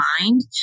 mind